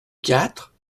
quatre